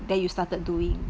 then you started doing